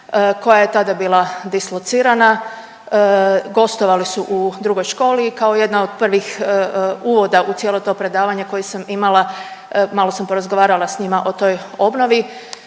koja je tada bila dislocirana. Gostovali su u drugoj školi i kao jedna od prvih uvoda u cijelo to predavanje koje sam imala, malo sam porazgovarala s njima o toj obnovi.